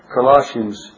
Colossians